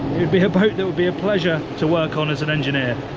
would be a boat that would be a pleasure to work on as an engineer.